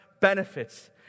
benefits